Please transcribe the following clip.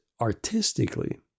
artistically